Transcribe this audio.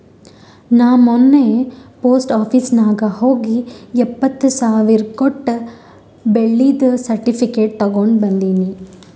ನಾ ಮೊನ್ನೆ post office ನಾಗ್ ಹೋಗಿ ಎಪ್ಪತ್ ಸಾವಿರ್ ಕೊಟ್ಟು ಬೆಳ್ಳಿದು ಸರ್ಟಿಫಿಕೇಟ್ ತಗೊಂಡ್ ಬಂದಿನಿ